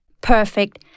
Perfect